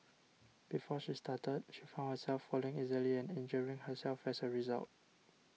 before she started she found herself falling easily and injuring herself as a result